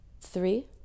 Three